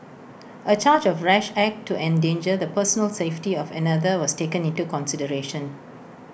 A charge of rash act to endanger the personal safety of another was taken into consideration